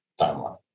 timeline